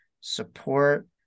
support